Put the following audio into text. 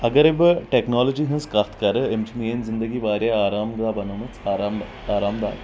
اگرے بہٕ ٹٮ۪کنالوجی ہٕنٛز کتھ کرٕ أمۍ چھِ میٲنۍ زندگی واریاہ آرام دہ بنٲومٕژ آرام آرام دہ